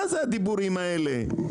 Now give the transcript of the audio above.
מה זה הדיבורים האלה?